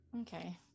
Okay